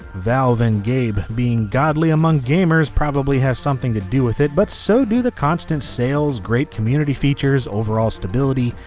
valve and gabe being godly among gamers probably has something to do with it but so do the constant sales, great community features, overall stability,